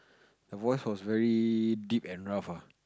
the voice was very deep and rough ah